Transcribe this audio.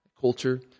culture